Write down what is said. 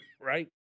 right